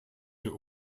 der